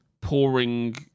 pouring